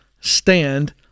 stand